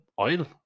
Oil